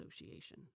Association